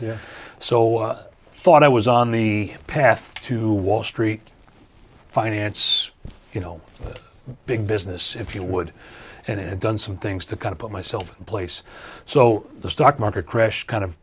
there so i thought i was on the path to wall street finance you know big business if you would and i had done some things to kind of put myself in place so the stock market crash kind of